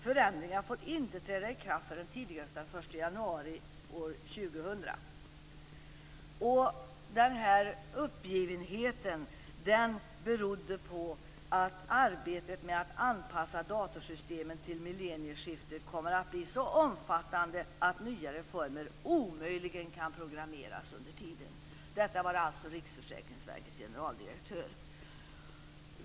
Förändringar får inte träda i kraft förrän tidigast den 1 januari år 2000." Denna uppgivenhet berodde på att arbetet med att anpassa datorsystemen till millenniumskiftet kommer att bli så omfattande att nya reformer omöjligen kan programmeras under tiden. Detta är alltså vad Riksförsäkringsverkets generaldirektör menade.